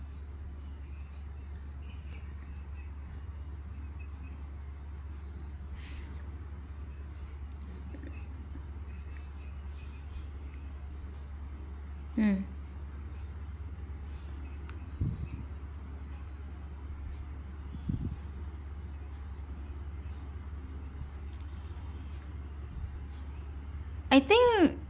mm I think